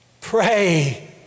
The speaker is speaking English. Pray